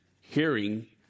hearing